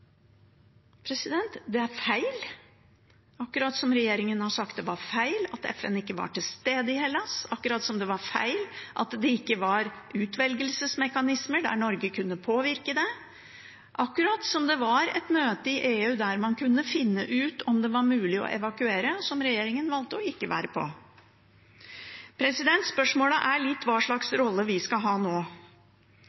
Det er feil – akkurat som det regjeringen sa om at FN ikke var til stede i Hellas, akkurat som at det ikke var utvelgelsesmekanismer der Norge kunne påvirke, akkurat som med møtet i EU, der man kunne finne ut om det var mulig å evakuere, som regjeringen valgte å ikke være på. Spørsmålet er litt hva slags